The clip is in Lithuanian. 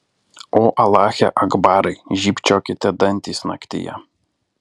o alache akbarai žybčiokite dantys naktyje